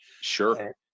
Sure